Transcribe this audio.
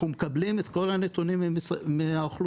אנחנו מקבלים את כל הנתונים מהאוכלוסין.